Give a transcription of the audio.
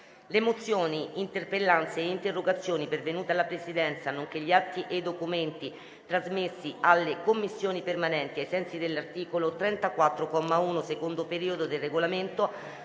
Le mozioni, le interpellanze e le interrogazioni pervenute alla Presidenza, nonché gli atti e i documenti trasmessi alle Commissioni permanenti ai sensi dell'articolo 34, comma 1, secondo periodo, del Regolamento